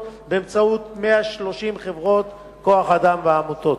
באמצעות 130 חברות כוח-אדם ועמותות.